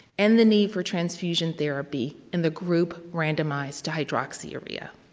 and the need for transfusion therapy in the group randomized hydroxyurea.